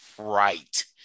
right